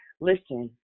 listen